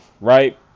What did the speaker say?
right